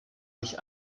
nicht